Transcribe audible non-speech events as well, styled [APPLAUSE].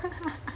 [LAUGHS]